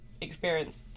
experienced